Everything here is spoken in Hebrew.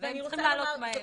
והם צריכים לעלות מהר.